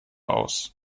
aus